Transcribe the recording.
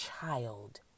child